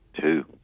Two